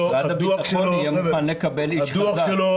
גם משרד הביטחון יהיה מוכן לקבל איש חזק.